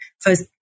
first